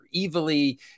evilly